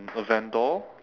a vendor